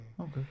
Okay